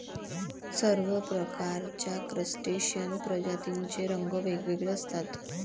सर्व प्रकारच्या क्रस्टेशियन प्रजातींचे रंग वेगवेगळे असतात